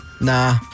Nah